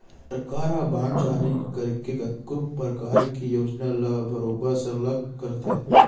सरकार ह बांड जारी करके कतको परकार के योजना ल बरोबर सरलग चलाथे